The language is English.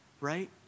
Right